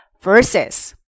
Versus